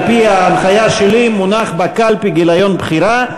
על-פי ההנחיה שלי מונח בקלפי גיליון בחירה,